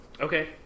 Okay